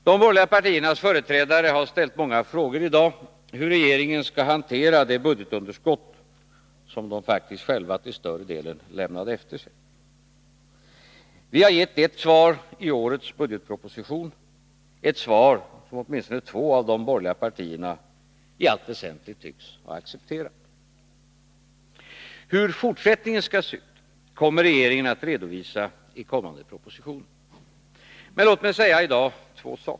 De borgerliga partiernas företrädare har ställt många frågor i dag om hur regeringen skall hantera det budgetunderskott som de till större delen faktiskt själva lämnade efter sig. Vi har givit ett svar i årets budgetproposition, ett svar som åtminstone två av de borgerliga partierna i allt väsentligt tycks ha accepterat. Hur fortsättningen skall se ut, kommer regeringen att redovisa i kommande propositioner. Men låt mig i dag säga två saker.